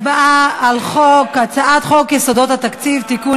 הצבעה על הצעת חוק יסודות התקציב (תיקון,